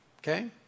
Okay